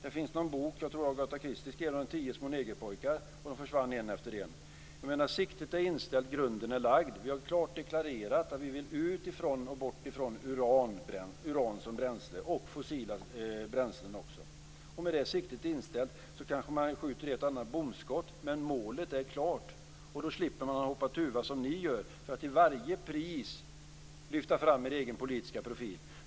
Det finns en bok, jag tror att Agatha Christie skrev den, om tio små negerpojkar som försvann en efter en. Siktet är inställt. Grunden är lagd. Vi har klart deklarerat att vi vill ut från och bort från uran som bränsle - och fossila bränslen också. Med det siktet inställt kanske man skjuter ett och annat bomskott, men målet är klart. Då slipper man hoppa tuva som ni gör för att till varje pris lyfta fram er egen politiska profil.